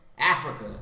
Africa